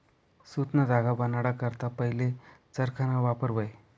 सुतना धागा बनाडा करता पहिले चरखाना वापर व्हये